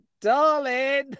darling